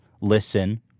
listen